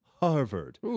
harvard